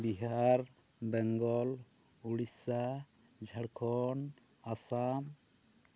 Bihar Bengal Odisha Jharkhand Assam